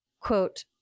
Quote